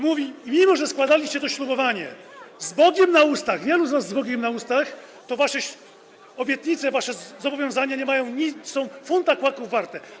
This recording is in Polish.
Mimo że składaliście to ślubowanie, z Bogiem na ustach, wielu z was z Bogiem na ustach, to wasze obietnice, wasze zobowiązania nie są funta kłaków warte.